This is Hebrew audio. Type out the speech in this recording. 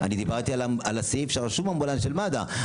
אני דיברתי על הסעיף שרשום אמבולנס של מד"א,